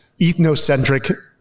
ethnocentric